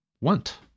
want